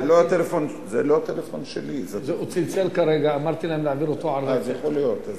הוא צלצל כרגע, אמרתי להם, יכול להיות.